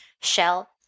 Shell